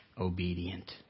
obedient